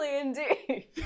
indeed